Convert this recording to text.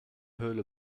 höhle